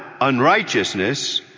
unrighteousness